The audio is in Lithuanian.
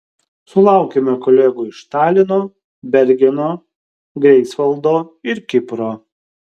sulaukėme kolegų iš talino bergeno greifsvaldo ir kipro